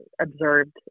observed